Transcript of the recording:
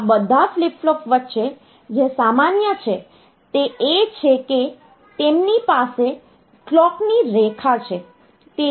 આ બધા flip flops વચ્ચે જે સામાન્ય છે તે એ છે કે તેમની પાસે કલોકની રેખા છે